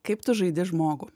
kaip tu žaidi žmogų